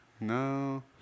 No